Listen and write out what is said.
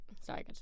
sorry